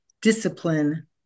discipline